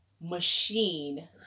machine